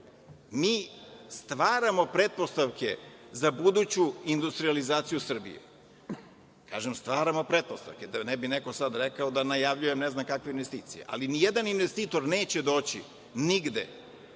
mi stvaramo pretpostavke za buduću industrijalizaciju Srbije. Kažem, stvaramo pretpostavke, da neko ne bi sada rekao da najavljujem ne znam kakve investicije. Ali, ni jedan investitor neće doći nigde,